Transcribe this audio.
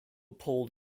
pulled